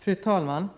Fru talman!